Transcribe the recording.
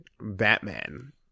Batman